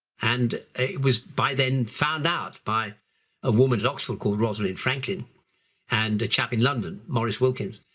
and it was by then found out by a woman at oxford called rosalind franklin and a chap in london, maurice wilkins.